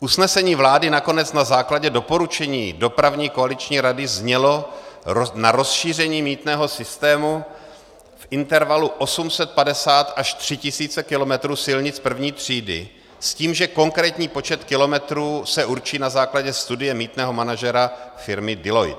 Usnesení vlády nakonec na základě doporučení dopravní koaliční rady znělo na rozšíření mýtného systému v intervalu 850 až 3000 kilometrů silnic první třídy s tím, že konkrétní počet kilometrů se určí na základě studie mýtného manažera firmy Deloitte.